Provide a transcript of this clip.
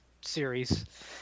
series